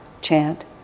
chant